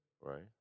Right